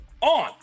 on